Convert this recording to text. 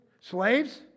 Slaves